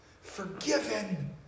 forgiven